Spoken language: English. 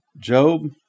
Job